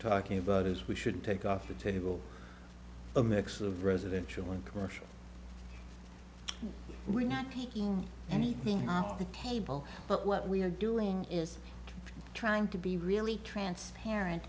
talking about is we should take off the table a mix of residential and commercial and we're not taking anything off the table but what we're doing is trying to be really transparent